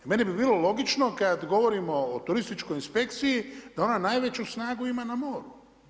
I meni bi bilo logično kad govorimo o turističkoj inspekciji da ona najveću snagu ima na moru.